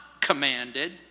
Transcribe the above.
commanded